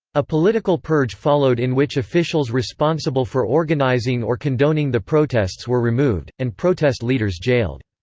a political purge followed in which officials responsible for organizing or condoning the protests were removed, and protest leaders jailed.